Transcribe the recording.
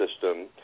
system